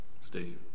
Steve